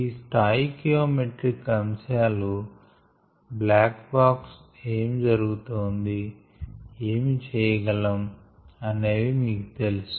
ఈ stoichiometric అంశాలు black box ఏమి జరుగుతొంది ఏమి చేయగలం అనేవి మీకు తెలుసు